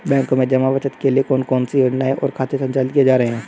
बैंकों में जमा बचत के लिए कौन कौन सी योजनाएं और खाते संचालित किए जा रहे हैं?